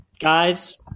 guys